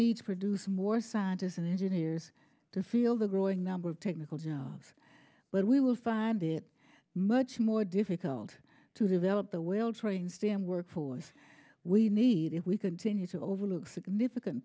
need to produce more scientists and engineers to field a growing number of technical jobs where we will find it much more difficult to develop the well trained fam workforce we need if we continue to overlook significant